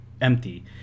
empty